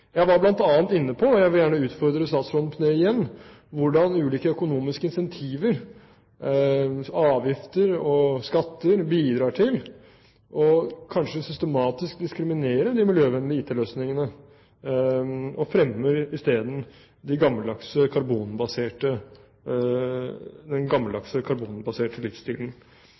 Jeg var bl.a. inne på det, og jeg vil gjerne utfordre statsråden på det igjen, hvordan ulike økonomiske incentiver, avgifter og skatter bidrar til kanskje systematisk å diskriminere de miljøvennlige IT-løsningene og isteden fremmer den gammeldagse karbonbaserte livsstilen.